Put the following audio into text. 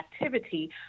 activity